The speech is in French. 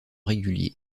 réguliers